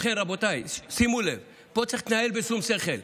לכן, רבותיי, שימו לב, פה צריך להתנהל בשום שכל.